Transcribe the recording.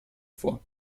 vor